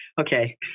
Okay